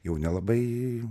jau nelabai